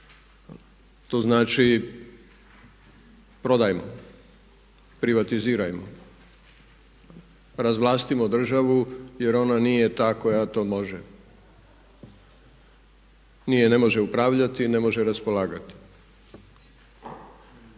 To znači prodajmo, privatizirajmo, razvlastimo državu jer ona nije ta koja to može, nije, ne može upravljati, ne može raspolagati.